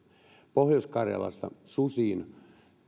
pohjois karjalassa susiin